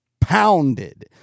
pounded